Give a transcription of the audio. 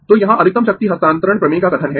तो यहाँ अधिकतम शक्ति हस्तांतरण प्रमेय का कथन है